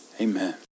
amen